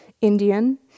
Indian